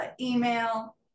email